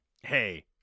hey